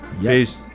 peace